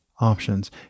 options